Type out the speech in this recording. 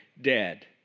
dead